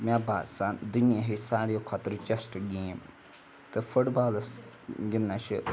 مےٚ باسان دُنیِہِچ ساروی کھۄتہٕ رِچَسٹہٕ گیم تہٕ فُٹ بالَس گِںٛدنَس چھِ